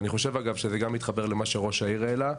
ואני חושב שזה מתחבר גם למה שראש העיר העלה,